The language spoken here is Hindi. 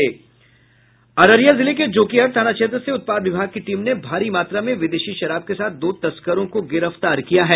अररिया जिले के जोगीहाट थाना क्षेत्र से उत्पाद विभाग की टीम ने भारी मात्रा में विदेशी शराब के साथ दो तस्करों को गिरफ्तार किया है